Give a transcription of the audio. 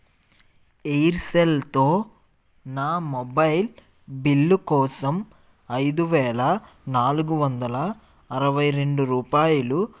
ఎయిర్సెల్తో నా mobile bill కోసం ఐదు వేల నాలుగు వందల అరవై రెండు రూపాయలు